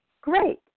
Great